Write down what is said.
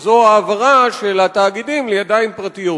שזו העברה של התאגידים לידיים פרטיות.